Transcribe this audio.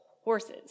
horses